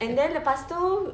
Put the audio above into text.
and then lepas tu